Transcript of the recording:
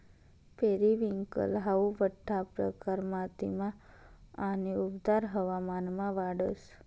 periwinkle हाऊ बठ्ठा प्रकार मातीमा आणि उबदार हवामानमा वाढस